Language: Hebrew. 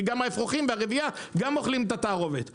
כי גם האפרוחים אוכלים את התערובת ברבייה.